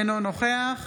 אינו נוכח